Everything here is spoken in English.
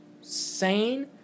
sane